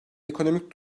ekonomik